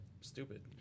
stupid